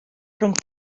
rhwng